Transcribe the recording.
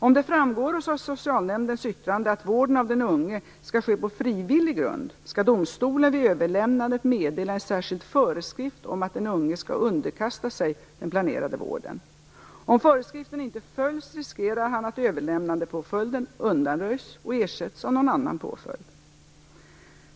Om det framgår av socialnämndens yttrande att vården av den unge skall ske på frivillig grund, skall domstolen vid överlämnandet meddela en särskild föreskrift om att den unge skall underkasta sig den planerade vården. Om föreskriften inte följs riskerar han att överlämnandepåföljden undanröjs och ersätts av någon annan påföljd.